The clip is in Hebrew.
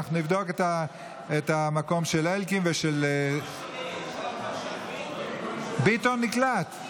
אנחנו נבדוק את המקום של אלקין ושל, ביטון נקלט.